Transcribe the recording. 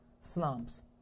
slums